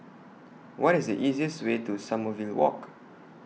What IS The easiest Way to Sommerville Walk